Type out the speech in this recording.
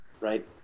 right